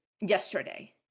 yesterday